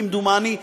כמדומני,